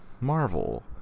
Marvel